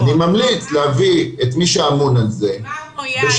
אני ממליץ להביא את מי שאמון על זה ושם